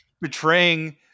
betraying